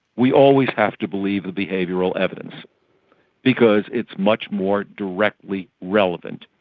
we always have to believe the behavioural evidence because it's much more directly relevant.